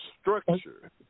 structure